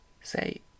Say